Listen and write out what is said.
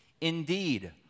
Indeed